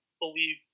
believe